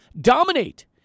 dominate